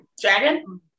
Dragon